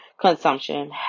consumption